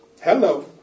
Hello